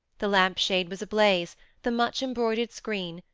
the lamp-shade was ablaze the much-embroidered screen,